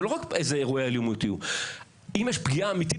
זה לא רק איזה אירועי אלימות יהיו; אם יש פגיעה אמיתית